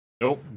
Nope